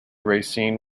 racine